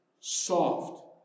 soft